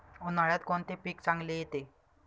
उन्हाळ्यात कोणते पीक चांगले येते?